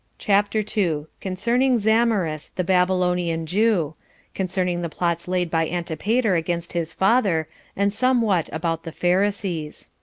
chapter two. concerning zamaris, the babylonian jew concerning the plots laid by antipater against his father and somewhat about the pharisees.